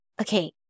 Okay